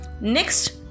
next